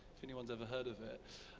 if anyone's ever heard of it.